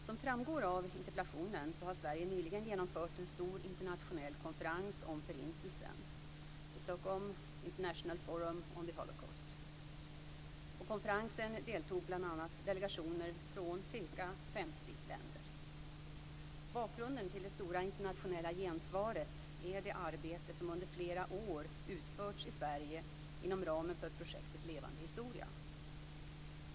Som framgår av interpellationen har Sverige nyligen genomfört en stor internationell konferens om Bakgrunden till det stora internationella gensvaret är det arbete som under flera år utförts i Sverige inom ramen för projektet Levande historia.